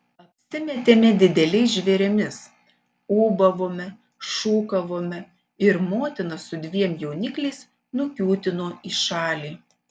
apsimetėme dideliais žvėrimis ūbavome šūkavome ir motina su dviem jaunikliais nukiūtino į šalį